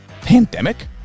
pandemic